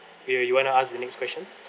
you you you wanna ask the next question